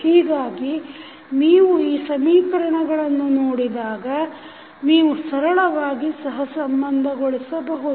ಹೀಗಾಗಿ ನೀವು ಈ ಸಮೀಕರಣಗಳನ್ನು ನೋಡಿದಾಗ ನೀವು ಸರಳವಾಗಿ ಸಹಸಂಬಂಧಗೊಳಿಸಬಹುದು